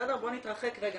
בוא נתרחק רגע,